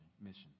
mission